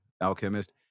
alchemist